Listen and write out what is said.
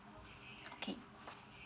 okay